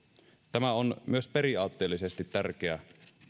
tämä on myös periaatteellisesti tärkeä